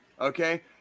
okay